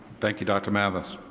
thank you dr. mathers.